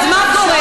אז מה קורה?